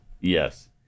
Yes